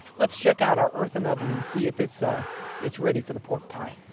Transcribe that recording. let's check out our earthen oven and see if it's ah it's ready for the pork pie.